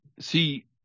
See